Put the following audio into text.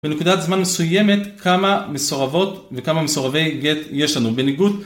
בנקודת זמן מסוימת כמה מסורבות וכמה מסורבי גט יש לנו. בניגוד